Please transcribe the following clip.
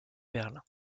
berlin